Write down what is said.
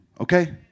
Okay